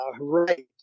right